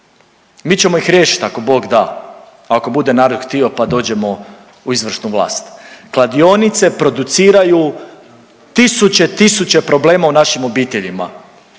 Mi ćemo ih riješiti ako Bog da, ako bude narod htio pa dođemo u izvršnu vlast. Kladionice produciraju tisuće, tisuće problema u našim obiteljima.